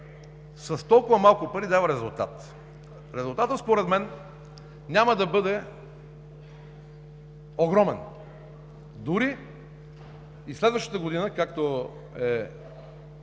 С толкова малко пари дава резултат. Резултатът според мен няма да бъде огромен дори и следващата година, както